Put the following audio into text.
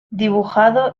dibujado